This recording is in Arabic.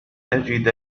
أجد